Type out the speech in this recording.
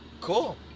Cool